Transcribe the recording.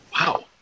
Wow